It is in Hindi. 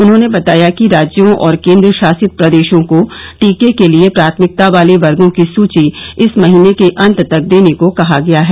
उन्होंने बताया कि राज्यों और केंद्रशासित प्रदेशों को टीके के लिए प्राथमिकता वाले वर्गों की सूची इस महीने के अंत तक देने को कहा गया है